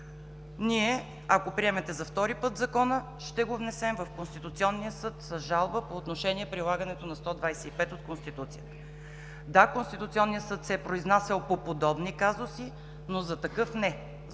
ние, ако приемете за втори път Закона, ще го внесем в Конституционния съд с жалба по отношение прилагането на чл. 125 от Конституцията. Да, Конституционният съд се е произнасял по подобни казуси, но за такъв не